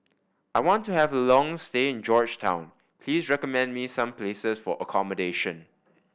I want to have a long stay in Georgetown please recommend me some places for accommodation